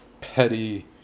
petty